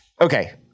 Okay